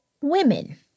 Women